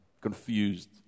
confused